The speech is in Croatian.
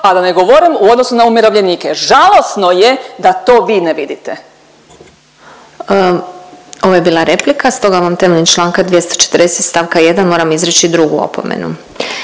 a da ne govorim u odnosu na umirovljenike jer žalosno je da to vi ne vidite. **Glasovac, Sabina (SDP)** Ovo je bila replika, stoga vam temeljem čl. 240. st. 1. moram izreć drugu opomenu.